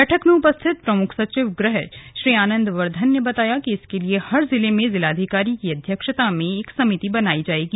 बैठक में उपस्थित प्रमुख सचिव गृह श्री आनंद बर्धन ने बताया कि इसके लिए हर जिले में जिलाधिकारी की अध्यक्षता में एक समिति बनाई जाएगी